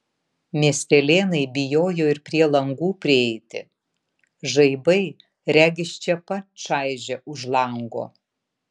miestelėnai bijojo ir prie langų prieiti žaibai regis čia pat čaižė už lango